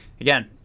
again